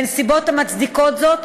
בנסיבות המצדיקות זאת,